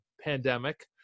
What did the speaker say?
pandemic